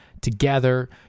together